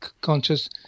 Conscious